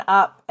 up